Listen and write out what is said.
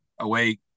away